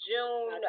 June